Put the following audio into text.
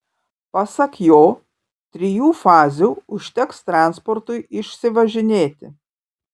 pasak jo trijų fazių užteks transportui išsivažinėti